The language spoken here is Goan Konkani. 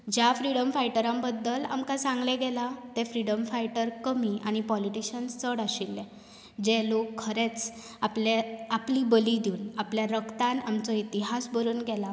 ज्या फ्रिडम फायटरां बद्दल आमकां सांगले गेलां तें फ्रिडम फायटर कमी आनी पोलिटीशन्स चड आशिल्ले जे लोक खरेंच आपलें आपली बली दिवन आपल्या रक्तान आमचो इितिहास बरोवन गेलां